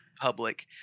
public